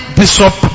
bishop